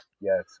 Yes